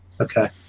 Okay